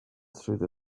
through